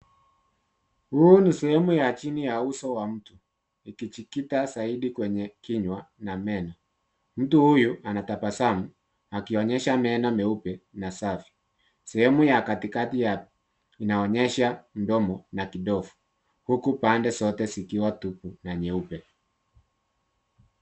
Huu ni sehemu ya chini ya uso wa mtu, ikijikita zaidi kwenye kinywa na meno. Mtu huyu anatabasamu akionyesha meno meupe na safi. Sehemu ya katikati ya, inaonyesha mdomo na kidevu, huku pande zote zikiwa tupu na nyeupe.